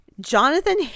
jonathan